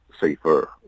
Safer